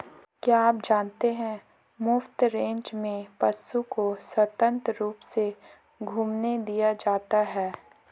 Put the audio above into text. क्या आप जानते है मुफ्त रेंज में पशु को स्वतंत्र रूप से घूमने दिया जाता है?